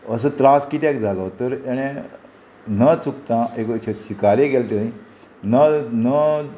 असो त्रास कित्याक जालो तर तेणें न चुकता एक अशें शिकारेक गेल्लो थंय न न